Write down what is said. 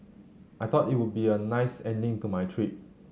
I thought it would be a nice ending to my trip